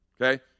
Okay